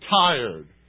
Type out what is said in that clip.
tired